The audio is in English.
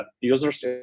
users